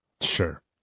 Sure